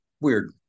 weird